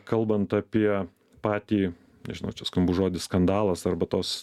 kalbant apie patį nežinau čia skambus žodis skandalas arba tos